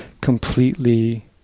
completely